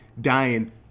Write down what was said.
dying